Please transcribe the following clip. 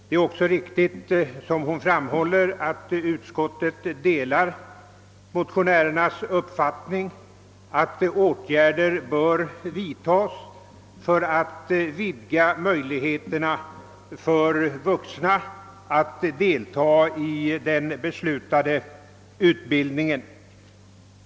Fru Ryding har nyss helt riktigt framhållit att utskottet delar motionärernas uppfattning, att åtgärder bör vidtas för att vidga möjligheterna för vuxna att delta i den beslutade utbildningen.